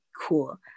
cool